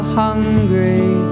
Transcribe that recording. hungry